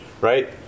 Right